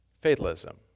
fatalism